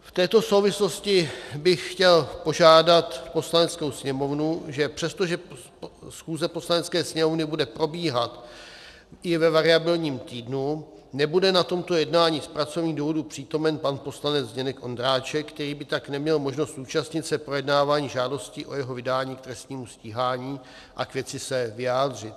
V této souvislosti bych chtěl požádat Poslaneckou sněmovnu: Přestože schůze Poslanecké sněmovny bude probíhat i ve variabilním týdnu, nebude na tomto jednání z pracovních důvodů přítomen pan poslanec Zdeněk Ondráček, který by tak neměl možnost zúčastnit se projednávání žádosti o jeho vydání k trestnímu stíhání a k věci se vyjádřit.